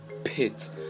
Pits